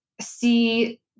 see